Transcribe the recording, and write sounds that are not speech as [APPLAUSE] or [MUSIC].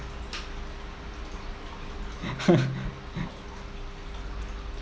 [LAUGHS]